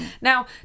Now